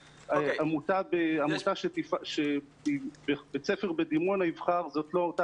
עמותה שבית ספר בדימונה יבחר זאת לא אותה